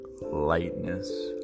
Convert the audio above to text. lightness